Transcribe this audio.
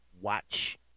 watch